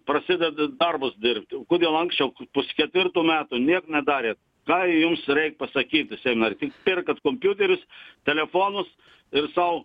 prasideda darbus dirbt o kodėl anksčiau pusketvirtų metų niek nedarėt ką jums reik pasakyt seimo narei tik perkat kompiuterius telefonus ir sau